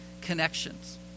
connections